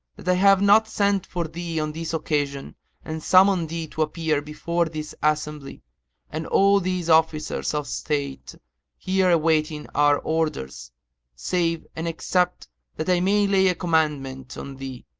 that i have not sent for thee on this occasion and summoned thee to appear before this assembly and all these officers of estate here awaiting our orders save and except that i may lay a commandment on thee,